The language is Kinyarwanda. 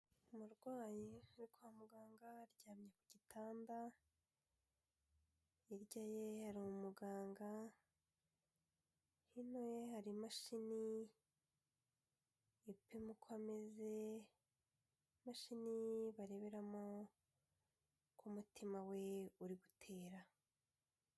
Umurwayi kwa muganga aryamye ku gitanda, hirya ye hari umuganga, hino ye hari imashini ipemu uko ameze, imashini bareberamo ko umutima we uri gutera.